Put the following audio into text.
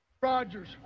Rogers